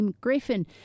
Griffin